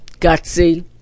gutsy